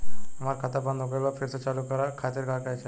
हमार खाता बंद हो गइल बा फिर से चालू करा खातिर का चाही?